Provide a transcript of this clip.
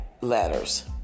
letters